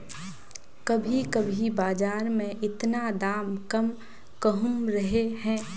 कभी कभी बाजार में इतना दाम कम कहुम रहे है?